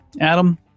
Adam